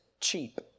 cheap